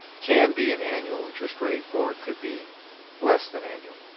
can be an annual interest rate or it could be less than annual.